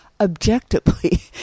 objectively